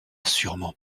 sûrement